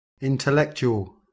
Intellectual